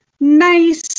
Nice